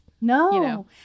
No